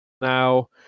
Now